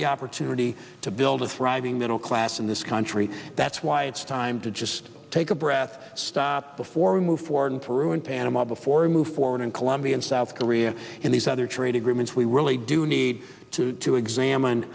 the opportunity to build a thriving middle class in this country that's why it's time to just take a breath stop before we move forward through in panama before we move forward in colombia and south korea and these other trade agreements we really do need to examine